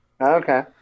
Okay